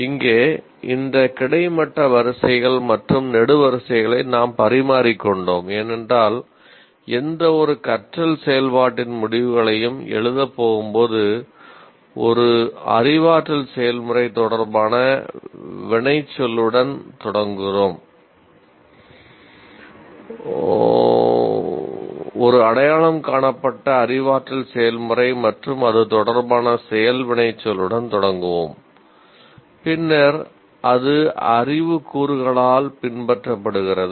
இங்கே இந்த கிடைமட்ட வரிசைகள் மற்றும் நெடுவரிசைகளை நாம் பரிமாறிக்கொண்டோம் ஏனென்றால் எந்தவொரு கற்றல் பின்னர் அது அறிவு கூறுகளால் பின்பற்றப்படுகிறது